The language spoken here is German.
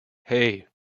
hei